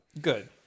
Good